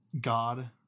God